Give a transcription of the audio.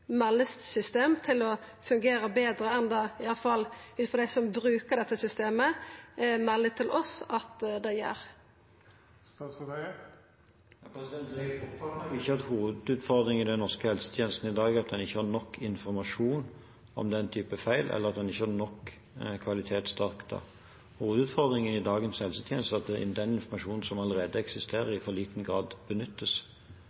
meldesystem til å fungera betre enn i alle fall dei som bruker dette systemet, melder til oss at det gjer. Jeg oppfatter ikke at hovedutfordringen i den norske helsetjenesten i dag er at en ikke har nok informasjon om den type feil, eller at en ikke har nok kvalitet. Hovedutfordringen i dagens helsetjeneste er at den informasjonen som allerede eksisterer,